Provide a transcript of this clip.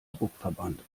druckverband